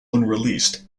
unreleased